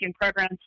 programs